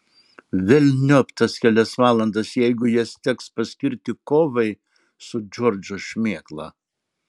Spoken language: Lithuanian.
velniop tas kelias valandas jeigu jas teks paskirti kovai su džordžo šmėkla